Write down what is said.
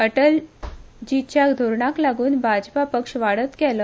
अट्लजीच्या धोरणांक लाग्न भाजपा पक्ष वाडत गेलो